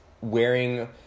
wearing